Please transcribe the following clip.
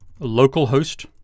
localhost